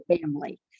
family